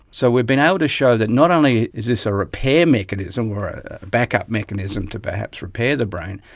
so we've been able to show that not only is this a repair mechanism or a backup mechanism to perhaps repair the brain,